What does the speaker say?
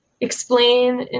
explain